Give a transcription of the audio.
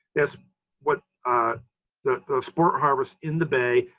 that's what the the sport harvest in the bay,